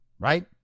Right